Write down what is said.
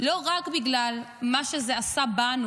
לא רק בגלל מה שזה עשה לנו,